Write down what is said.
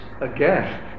again